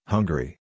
Hungary